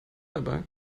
dabei